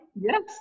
Yes